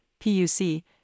PUC